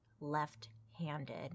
left-handed